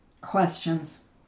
Questions